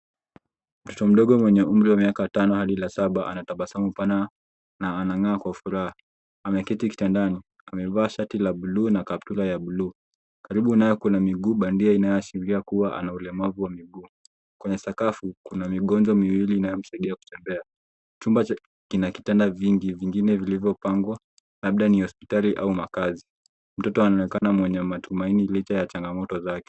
Mtoto mdogo mwenye umri wa miaka tano hadi la saba anatabasamu pana na anang'aa kwa furaha. Ameketi kitandani, amevaa shati la buluu na kaptura ya buluu. Karibu naye kuna miguu bandia inayo ashiria kuwa ana ulemavu wa miguu. Kwenye sakafu, kuna migonjwa miwili inayo msaidia kutembea. Chumba kina kitanda vingi, vingine vilivyopangwa, labda ni hospitali au makazi. Mtoto anaonekana mwenye matumaini licha ya changamoto zake.